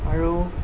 আৰু